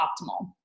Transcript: optimal